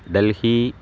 Delhi